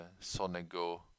Sonego